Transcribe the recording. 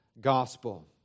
gospel